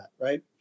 right